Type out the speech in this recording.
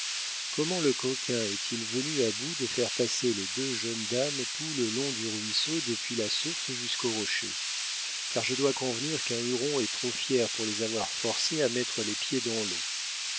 comment le coquin est-il venu à bout de faire passer les deux jeunes dames tout le long du ruisseau depuis la source jusqu'au rocher car je dois convenir qu'un huron est trop fier pour les avoir forcées à mettre les pieds dans l'eau